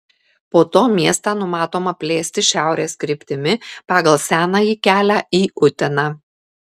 po to miestą numatoma plėsti šiaurės kryptimi pagal senąjį kelią į uteną